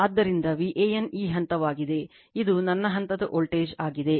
ಆದ್ದರಿಂದ VAN ಈ ಹಂತವಾಗಿದೆ ಇದು ನನ್ನ ಹಂತದ ವೋಲ್ಟೇಜ್ ಆಗಿದೆ